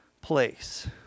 place